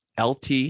LT